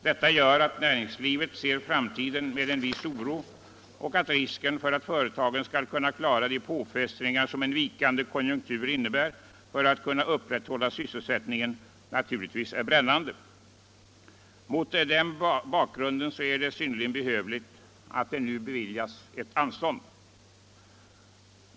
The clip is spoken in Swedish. Detta gör att näringslivet ser framtiden med en viss oro och att risken för att företagen inte skall kunna klara de påfrestningar för sys selsättningen vilka en vikande konjunktur innebär naturligtvis är brännande. Mot denna bakgrund är det synnerligen behövligt att ett anstånd nu beviljas.